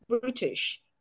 British